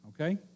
okay